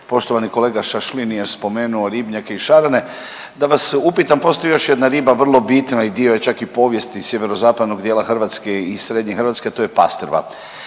Poštovani kolega Šašlin je spomenuo ribnjake i šarane. Da vas upitam postoji još jedna riba vrlo bitna i dio je čak i povijesti sjeverozapadnog dijela Hrvatske i srednje Hrvatske, a to je pastrva.